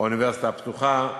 האוניברסיטה הפתוחה,